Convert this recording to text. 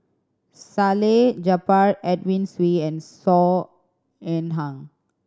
Salleh Japar Edwin Siew and Saw Ean Ang